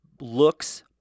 looks